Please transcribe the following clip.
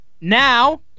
Now